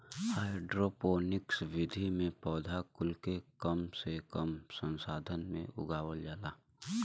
hydroponics विधि में पौधा कुल के कम से कम संसाधन में उगावल जाला